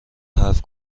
حرف